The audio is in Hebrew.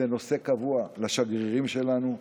זה נושא קבוע לשגרירים שלנו.